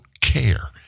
care